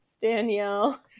Danielle